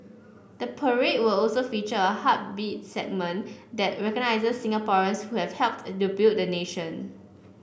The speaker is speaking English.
the parade will also feature a Heartbeats segment that recognises Singaporeans who have helped to build the nation